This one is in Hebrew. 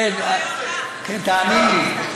כן, תאמין לי.